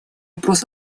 вопрос